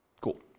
Cool